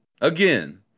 again